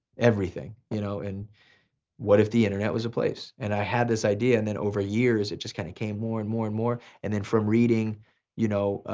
everything, you know, and what if the internet was a place? and i had this idea and then over years, it just kinda came more and more and more. and then from reading you know